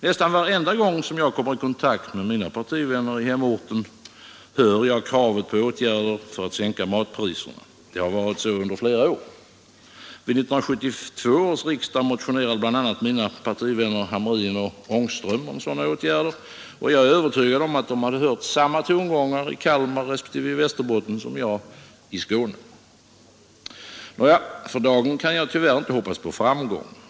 Nästan varenda gång jag kommer i kontakt med mina partivänner i hemorten, hör jag kravet på åtgärder för att sänka matpriserna. Det har varit så under flera år nu. Vid 1972 års riksdag motionerade bl.a. mina partivänner Hamrin och Ångström om sådana åtgärder, och jag är övertygad om att de hört samma tongångar i Kalmar respektive i Västerbotten som jag gjort i Skåne. Nåja, för dagen kan jag tyvärr inte hoppas på framgång.